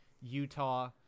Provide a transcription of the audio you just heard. Utah